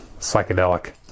psychedelic